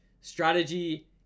strategy